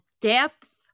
depth